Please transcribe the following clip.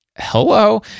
Hello